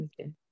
Okay